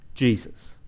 Jesus